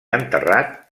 enterrat